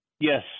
Yes